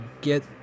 get